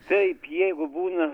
taip jeigu būna